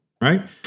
right